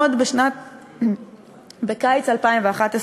עוד בקיץ 2011,